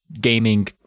gaming